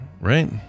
right